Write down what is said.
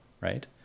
right